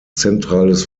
zentrales